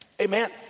Amen